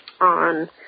on